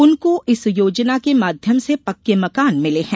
उनको इस योजना के माध्यम से पक्के मकान मिले हैं